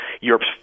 Europe's